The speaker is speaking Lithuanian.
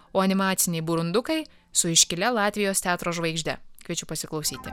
o animaciniai burundukai su iškilia latvijos teatro žvaigžde kviečiu pasiklausyti